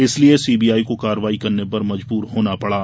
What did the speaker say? इसलिए सीबीआई को कार्रवाई करने पर मजबूर होना पड़ा